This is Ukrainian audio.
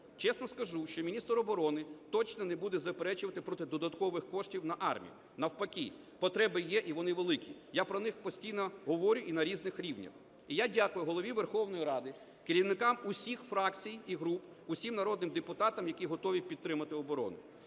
Чесно скажу, що міністр оборони точно не буде заперечувати проти додаткових коштів на армію. Навпаки, потреби є, і вони великі, я про них постійно говорю і на різних рівнях. І я дякую Голові Верховної Ради, керівникам усіх фракцій і груп, усім народним депутатам, які готові підтримати оборону.